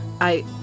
I